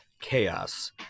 chaos